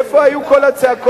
איפה היו כל הצעקות,